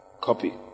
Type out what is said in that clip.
Copy